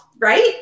right